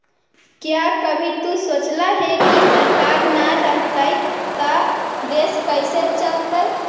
क्या कभी तु सोचला है, की सरकार ना होतई ता देश कैसे चलतइ